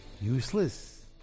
useless